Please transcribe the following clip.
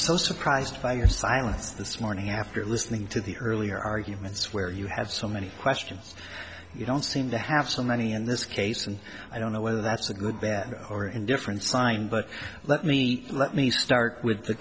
so surprised by your silence this morning after listening to the earlier arguments where you have so many questions you don't seem to have so many in this case and i don't know whether that's a good bad or indifferent sign but let me let me start with the